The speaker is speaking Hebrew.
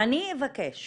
אני אבקש